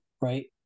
right